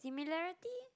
similarity